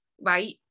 right